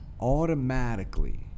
automatically